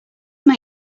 make